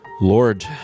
Lord